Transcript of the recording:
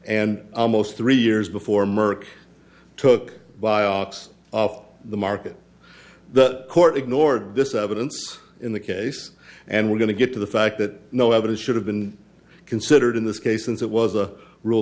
and almost three years before merck took vioxx off the market the court ignored this evidence in the case and we're going to get to the fact that no evidence should have been considered in this case since it was a r